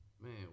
man